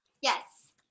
Yes